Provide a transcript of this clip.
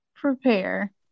prepare